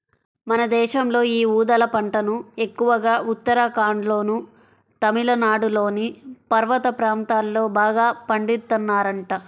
మన దేశంలో యీ ఊదల పంటను ఎక్కువగా ఉత్తరాఖండ్లోనూ, తమిళనాడులోని పర్వత ప్రాంతాల్లో బాగా పండిత్తన్నారంట